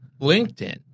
LinkedIn